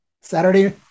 Saturday